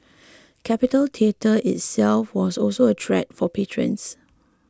Capitol Theatre itself was also a treat for patrons